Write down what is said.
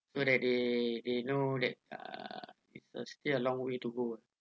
so that they they know that uh it's uh still a long way to go